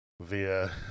via